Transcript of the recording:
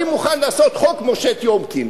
אני מוכן לעשות חוק משה טיומקין.